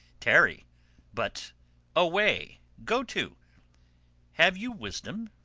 tarry but away! go to have you wisdom?